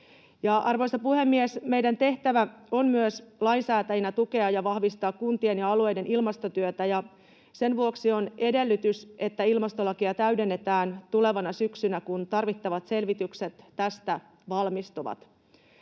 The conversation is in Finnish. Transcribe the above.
Arvoisa puhemies! Meidän tehtävämme lainsäätäjinä on myös tukea ja vahvistaa kun-tien ja alueiden ilmastotyötä, ja sen vuoksi on edellytys, että ilmastolakia täydennetään tulevana syksynä, kun tarvittavat selvitykset tästä valmistuvat.